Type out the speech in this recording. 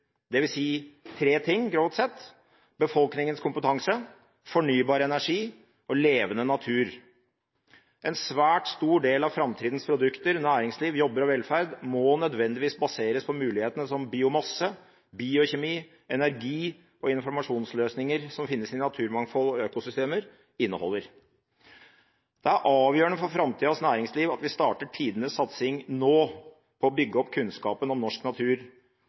tre ting, grovt sett: befolkningens kompetanse, fornybar energi og levende natur. En svært stor del av framtidas produkter, næringsliv, jobber og velferd må nødvendigvis baseres på mulighetene som biomasse, biokjemi og energi- og informasjonsløsninger som finnes i naturmangfold og økosystemer, inneholder. Det er avgjørende for framtidas næringsliv at vi nå starter tidenes satsing på å bygge opp kunnskapen om norsk natur,